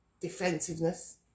defensiveness